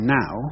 now